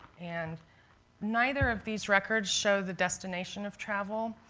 and neither of these records show the destination of travel.